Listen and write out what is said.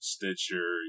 Stitcher